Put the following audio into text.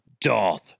Darth